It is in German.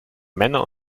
männer